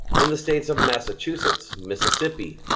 in the states of massachusetts, mississippi,